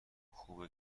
خوبه